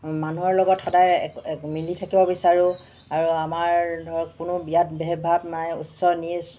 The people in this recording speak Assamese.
মানুহৰ লগত সদায় মিলি থাকিব বিচাৰো আৰু আমাৰ ধৰক কোনো বিয়াত ভেদ ভাৱ নাই উচ্চ নীচ